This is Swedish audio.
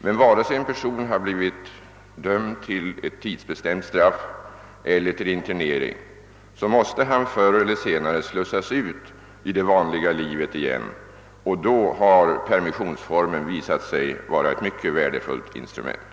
— Men vare sig en person blivit dömd till ett tidsbestämt straff eller till internering måste han förr eller senare slussas ut i det vanliga livet igen, och då har permissionsformen visat sig vara ett mycket värdefullt instrument.